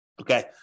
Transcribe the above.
Okay